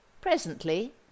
Presently